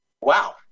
Wow